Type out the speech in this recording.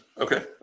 Okay